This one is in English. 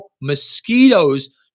mosquitoes